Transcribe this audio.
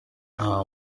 nta